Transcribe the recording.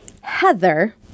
Heather